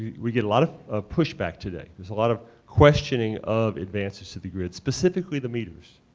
we get a lot of of push-back today, there's a lot of questioning of advances to the grid, specifically the meters.